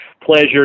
pleasure